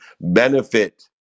benefit